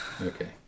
Okay